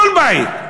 כל בית,